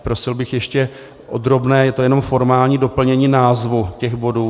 Prosil bych ještě o drobné, jenom formální doplnění názvů těch bodů.